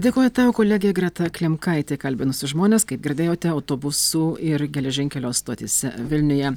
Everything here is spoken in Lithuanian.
dėkoju tau kolegė greta klimkaitė kalbinusi žmones kaip girdėjote autobusų ir geležinkelio stotyse vilniuje